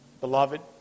beloved